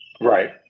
Right